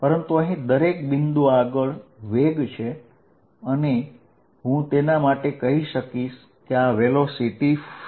પરંતુ અહીં દરેક બિંદુ આગળ વેગ છે અને હું તેના માટે કહી શકીશ કે આ વેલોસિટી ફિલ્ડ છે